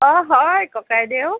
অঁ হয় ককাইদেউ